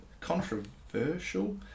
controversial